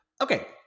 Okay